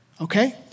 okay